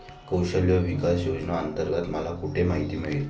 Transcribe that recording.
कौशल्य विकास योजनेअंतर्गत मला कुठे माहिती मिळेल?